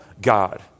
God